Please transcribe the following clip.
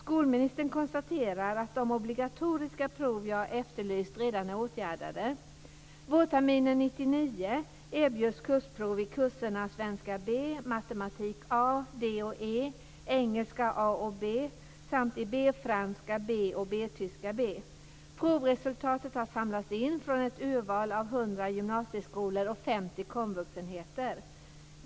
Skolministern konstaterar att de obligatoriska prov jag efterlyst redan är åtgärdade. Vårterminen 1999 erbjöds kursprov i kurserna svenska B, matematik A, D och Provresultatet har samlats in från ett urval av 100 gymnasieskolor och 50 komvuxenheter.